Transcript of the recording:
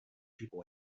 people